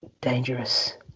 Dangerous